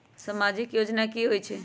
समाजिक योजना की होई छई?